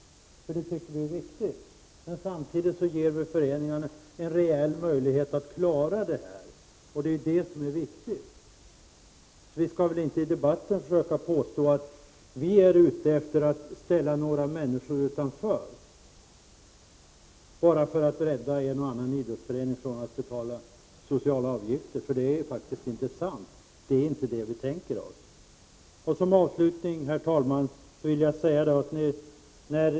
Detta tycker vi är viktigt. Samtidigt ger vi föreningarna en rejäl möjlighet att klara detta. — Det är ju det som är så viktigt. Man skall inte i debatten försöka påstå att vi är ute efter att ställa några människor utanför bara för att rädda en och annan idrottsförening från att betala sociala avgifter. Ett sådant påstående är faktiskt inte sant. Avslutningsvis, herr talman, vill jag säga följande.